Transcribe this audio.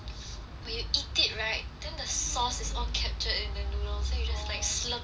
when you eat it right then the sauce is all captured in the noodles then you just like slurp it all up